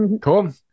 cool